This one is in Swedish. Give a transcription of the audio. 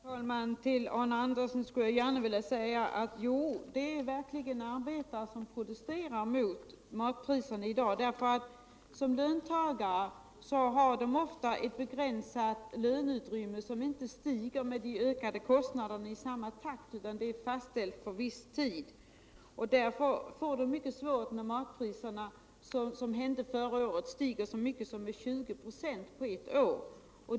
Herr talman! Till Arne Andersson i Ljung skulle jag gärna vilja säga: Jo, det är verkligen arbetare som protesterar mot matpriserna i dag, därför att som löntagare har de ofta ett begränsat löneutrymme som inte ökar i samma takt som de ökade kostnaderna utan är fastställt för viss tid. På grund härav blir det mycket svårt för dem när matpriserna, som hände förra året, stiger med så mycket som 20 26 på ett år.